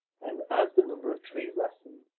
and as the number of trees lessened,